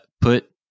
put